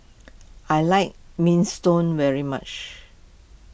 I like Minestrone very much